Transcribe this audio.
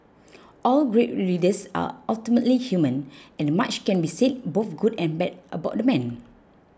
all great leaders are ultimately human and much can be said both good and bad about the man